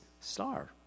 star